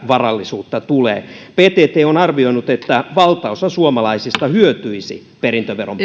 varallisuutta tulee ptt on arvioinut että valtaosa suomalaisista hyötyisi perintöveron